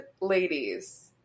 ladies